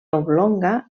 oblonga